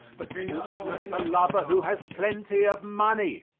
but fortunate the lover who has plenty of money.